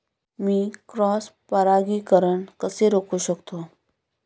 मी cross परागीकरण कसे रोखू शकतो?